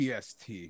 PST